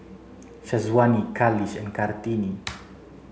Syazwani Khalish and Kartini